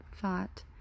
thought